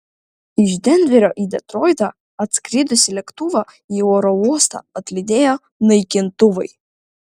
iš denverio į detroitą atskridusį lėktuvą į oro uostą atlydėjo naikintuvai